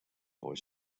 boy